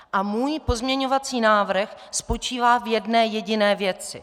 A můj pozměňovací návrh spočívá v jedné jediné věci.